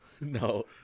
No